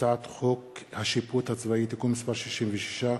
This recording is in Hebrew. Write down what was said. הצעת חוק השיפוט הצבאי (תיקון מס' 66)